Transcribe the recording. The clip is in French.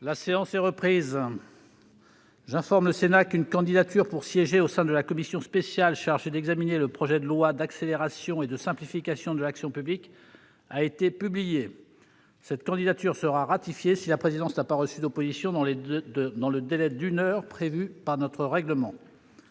La séance est reprise. J'informe le Sénat qu'une candidature pour siéger au sein de la commission spéciale chargée d'examiner le projet de loi d'accélération et de simplification de l'action publique a été publiée. Cette candidature sera ratifiée si la présidence n'a pas reçu d'opposition dans le délai d'une heure prévu par notre règlement.